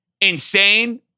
insane